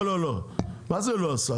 לא, לא, לא, מה זה לא עושה?